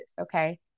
okay